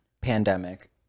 Pandemic